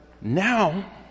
now